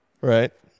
Right